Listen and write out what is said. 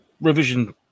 Revision